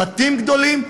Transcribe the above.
עם בתים גדולים,